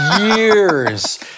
years